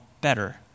better